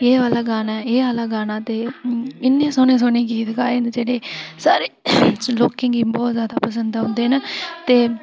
एह् आह्ला गाना ऐ ते इन्ने सोह्ने सोह्ने गीत गाए न जेह्के सारें लोकें गी बहुत ज्यादा पसंद औंदे न ते